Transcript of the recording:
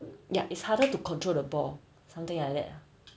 ya it's harder to control the ball something like that lah